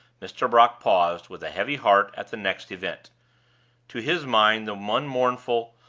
mr. brock paused, with a heavy heart, at the next event to his mind the one mournful,